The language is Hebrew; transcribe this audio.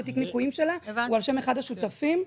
ותיק ניכויים שלה הוא על שם אחד השותפים.